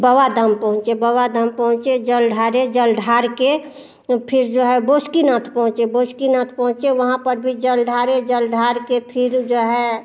बाबाधाम पहुँचे बाबाधाम पहुँचे जल ढारे जल ढार कर वह फिर जो है बासुकीनाथ पहुँचे बासुकीनाथ पहुँचे वहाँ पर भी जल ढारे जल ढार कर फिर जो है